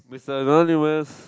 Mister Anonymous